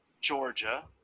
Georgia